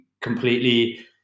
completely